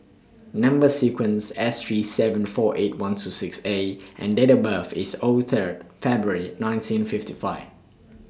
Number sequence S three seven four eight one two six A and Date of birth IS O Third February nineteen fifty five